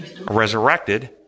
Resurrected